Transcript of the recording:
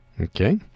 Okay